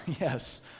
yes